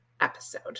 episode